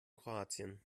kroatien